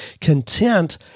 content